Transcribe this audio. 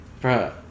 Bro